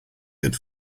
good